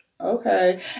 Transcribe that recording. Okay